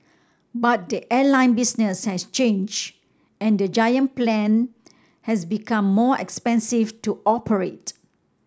but the airline business has change and the giant plane has become more expensive to operate